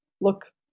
Look